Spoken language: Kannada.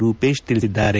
ರೂಪೇಶ್ ತಿಳಿಸಿದ್ದಾರೆ